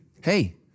Hey